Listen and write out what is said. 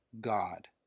God